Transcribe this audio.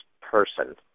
person